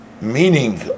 meaning